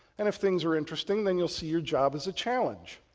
and if things are interesting then, you'll see your job as a challenge.